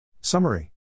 Summary